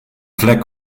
vlek